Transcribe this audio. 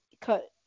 cut